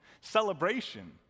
celebration